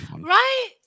Right